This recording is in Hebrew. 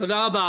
תודה רבה.